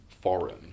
foreign